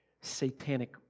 satanic